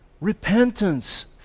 Repentance